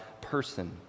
person